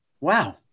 Wow